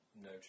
no